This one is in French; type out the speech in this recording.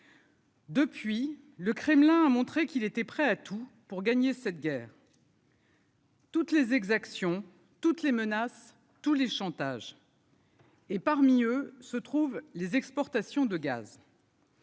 Depuis, le Kremlin a montré qu'il était prêt à tout pour gagner cette guerre. Toutes les exactions toutes les menaces tous les chantages. Et parmi eux se trouvent les exportations de gaz.